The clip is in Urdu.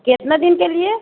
کتنا دن کے لیے